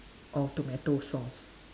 or tomato sauce